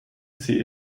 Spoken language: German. sie